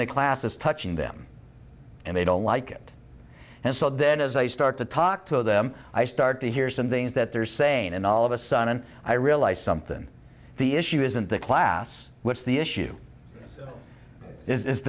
the classes touching them and they don't like it and so then as i start to talk to them i start to hear some things that they're saying and all of a sudden i realize something the issue isn't the class which the issue is